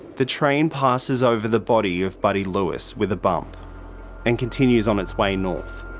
the train passes over the body of buddy lewis with a bump and continues on its way north.